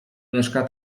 mieszka